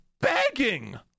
begging